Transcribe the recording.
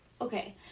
okay